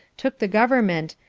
took the government,